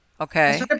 Okay